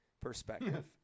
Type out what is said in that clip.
perspective